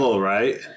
right